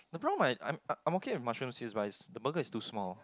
the problem uh I'm I okay with my children this bites the burger is too small